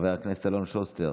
חבר הכנסת יבגני סובה,